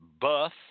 buff